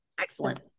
Excellent